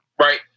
right